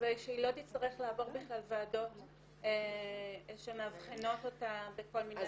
ושהיא לא תצטרך לעבור בכלל ועדות שמאבחנות אותה בכל מיני --- אז